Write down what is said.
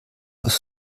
aus